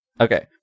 Okay